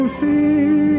see